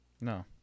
No